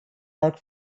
marc